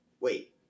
wait